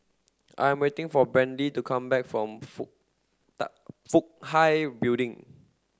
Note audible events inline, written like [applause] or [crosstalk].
I'm waiting for Brandee to come back from for [unintelligible] Fook Hai Building